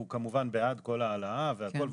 הוא כמובן בעד כל ההעלאה והכל,